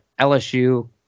LSU